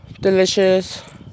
delicious